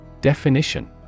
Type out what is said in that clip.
Definition